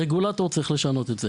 הרגולטור צריך לשנות את זה.